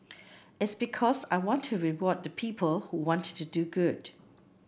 it's because I want to reward the people who want to do good